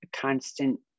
constant